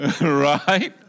Right